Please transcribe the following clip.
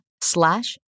slash